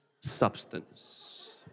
substance